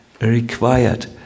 required